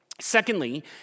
Secondly